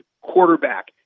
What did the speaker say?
quarterback